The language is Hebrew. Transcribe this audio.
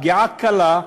פגיעה קלה,